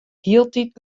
hieltyd